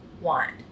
want